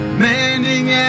mending